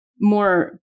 more